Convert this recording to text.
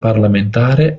parlamentare